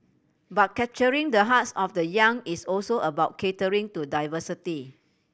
but capturing the hearts of the young is also about catering to diversity